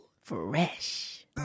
Fresh